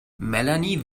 melanie